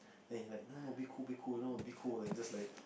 then he like no no be cool be cool you know be cool just like